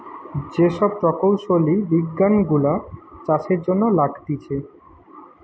যে সব প্রকৌশলী বিজ্ঞান গুলা চাষের জন্য লাগতিছে